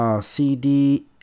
CD